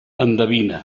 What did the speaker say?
endevina